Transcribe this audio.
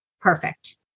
Perfect